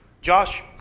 Josh